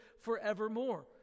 forevermore